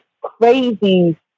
crazy